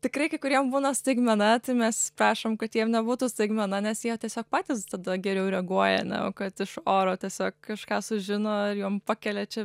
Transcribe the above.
tikrai kai kuriem būna staigmena tai mes prašom kad jiem nebūtų staigmena nes jie tiesiog patys tada geriau reaguoja na o kad iš oro tiesiog kažką sužino ir jom pakelia čia